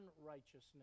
unrighteousness